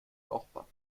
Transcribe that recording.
brauchbar